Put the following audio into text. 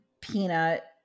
peanut